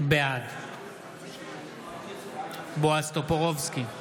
בעד בועז טופורובסקי,